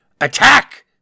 attack